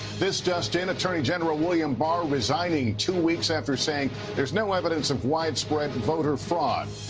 this just in, attorney general william barr resigning two week after saying there's no evidence of widespread and voter fraud.